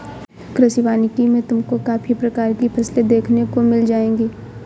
कृषि वानिकी में तुमको काफी प्रकार की फसलें देखने को मिल जाएंगी